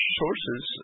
sources